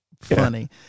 funny